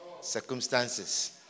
Circumstances